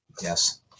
yes